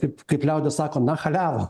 kaip kaip liaudis sako nachaliavu